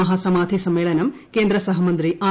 മഹാസമാധി സമ്മേളനം കേന്ദ്ര സഹമന്ത്രി ആർ